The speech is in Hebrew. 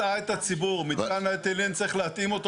התוכנית כי זה אומר שהם ימשיכו לקדם תחנת כוח במאות מיליוני שקלים.